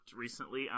recently